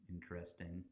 Interesting